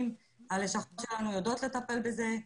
הלשכות שלנו יודעות לטפל בזה,